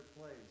place